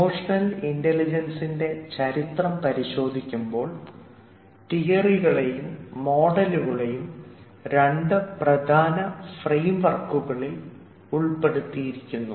emotional ഇൻറലിജൻസിൻറെ ചരിത്രം പരിശോധിക്കുമ്പോൾ തിയറികളെയും മോഡലുകളെയും രണ്ട് പ്രധാന ഫ്രെയിം വർക്കുകളിൽ ഉൾപ്പെടുത്തിയിരിക്കുന്നു